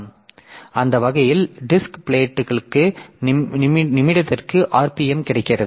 எனவே அந்த வகையில் டிஸ்க் பிளேட்களுக்கு நிமிடத்திற்கு rpm கிடைக்கிறது